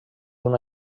una